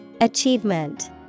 Achievement